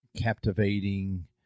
captivating